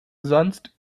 sonst